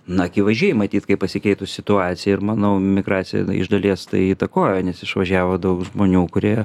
na akivaizdžiai matyt kaip pasikeitus situacija ir manau migraciją iš dalies tai įtakoja nes išvažiavo daug žmonių kurie